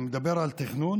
אני מדבר על תכנון